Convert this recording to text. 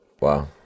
Wow